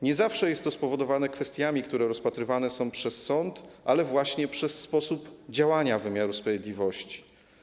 Nie zawsze jest to spowodowane kwestiami, które rozpatrywane są przez sąd, ale właśnie sposobem działania wymiaru sprawiedliwości.